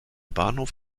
bahnhof